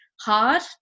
hard